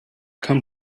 come